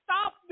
stop